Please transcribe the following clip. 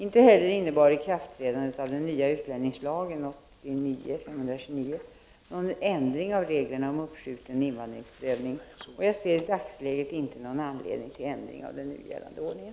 Inte heller innebar ikraftträdandet av den nya utlänningslagen någon ändring av reglerna om uppskjuten invandringsprövning. 49 Jag ser i dagsläget inte någon anledning till ändring av den nu gällande ordningen.